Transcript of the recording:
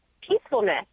peacefulness